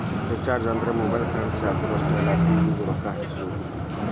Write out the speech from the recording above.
recharges ಅಂದ್ರ ಮೊಬೈಲ್ಗಿ currency ಹಾಕುದ್ ಅಷ್ಟೇ ಅಲ್ಲ ಟಿ.ವಿ ಗೂ ರೊಕ್ಕಾ ಹಾಕಸಬೋದು